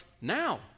now